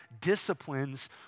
disciplines